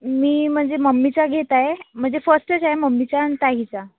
मी म्हणजे मम्मीचा घेत आहे म्हणजे फस्टच आहे मम्मीचा आणि ताईचा